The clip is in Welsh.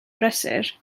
prysur